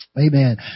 Amen